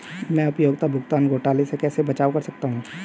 मैं उपयोगिता भुगतान घोटालों से कैसे बचाव कर सकता हूँ?